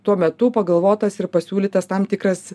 tuo metu pagalvotas ir pasiūlytas tam tikras